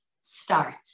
start